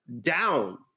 down